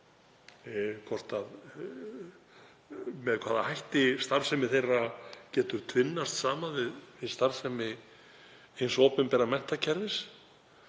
með hvaða hætti starfsemi þeirra getur tvinnast saman við starfsemi hins opinbera menntakerfis.